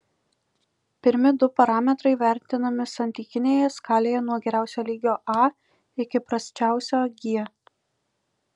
pirmi du parametrai vertinami santykinėje skalėje nuo geriausio lygio a iki prasčiausio g